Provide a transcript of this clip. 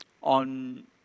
on